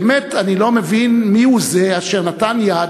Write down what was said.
באמת אני לא מבין מי הוא זה אשר נתן יד